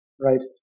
right